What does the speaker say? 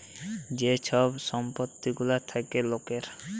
যে ছব সম্পত্তি গুলা থ্যাকে লকের